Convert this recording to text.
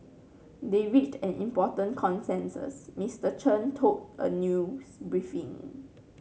they reached an important consensus Mister Chen told a news briefing